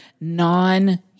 non